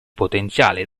potenziale